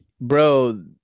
bro